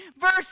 verse